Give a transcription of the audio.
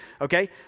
okay